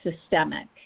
systemic